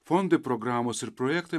fondai programos ir projektai